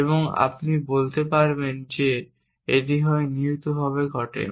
এবং আপনি বলতে পারেন যে এটি হয় নিহিতভাবে ঘটে